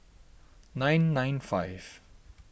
nine nine five